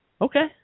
Okay